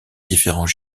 différents